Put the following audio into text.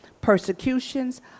persecutions